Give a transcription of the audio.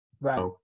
Right